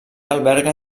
alberga